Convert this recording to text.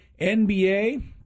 NBA